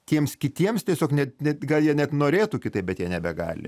tiems kitiems tiesiog net net gal jie net norėtų kitaip bet jie nebegali